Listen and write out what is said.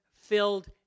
filled